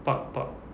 park park